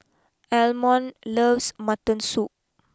Almon loves Mutton Soup